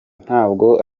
ntabwo